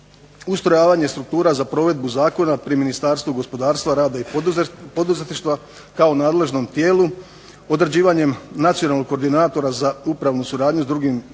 ustrojavanje struktura za provedbu zakona pri Ministarstvu gospodarstva, rada i poduzetništva kao nadležnom tijelu, određivanjem nacionalnog koordinatora za upravnu suradnju s drugim državama